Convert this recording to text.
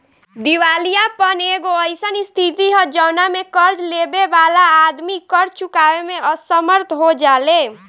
दिवालियापन एगो अईसन स्थिति ह जवना में कर्ज लेबे वाला आदमी कर्ज चुकावे में असमर्थ हो जाले